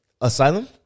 Asylum